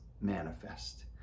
manifest